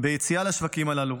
ביציאה לשווקים הללו.